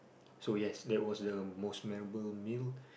so yes that was the most memorable meal